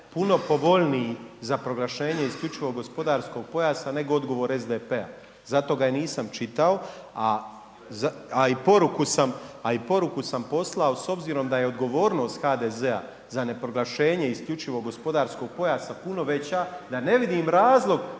puno povoljniji za proglašenje isključivog gospodarskog pojasa nego odgovor SDP-a. Zato ga nisam čitao, a i poruku sam poslao. Ali s obzirom da je odgovornost HDZ-a za ne proglašenje isključivog gospodarskog pojasa puno veća, ja ne vidim razlog